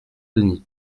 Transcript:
denis